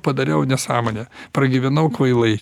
padariau nesąmonę pragyvenau kvailai